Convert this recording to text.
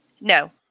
no